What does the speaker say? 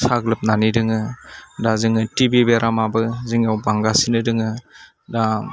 साग्लोबनानै दोङो दा जोङो टिभि बेरामाबो जोंनियाव बांगासिनो दङो दा